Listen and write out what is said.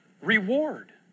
reward